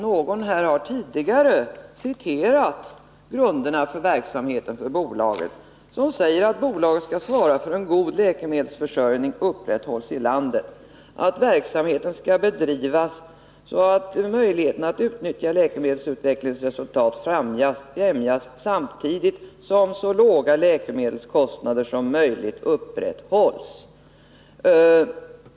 Någon har här tidigare citerat ur grunderna för bolagets verksamhet. Det står där att bolaget skall svara för att en god läkemedelsförsörjning upprätthålls i landet och att verksamheten skall bedrivas så att möjligheter att utnyttja läkemedelsutvecklingens resultat främjas, samtidigt som så låga läkemedelskostnader som möjligt upprätthålls.